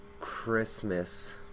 Christmas